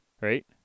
right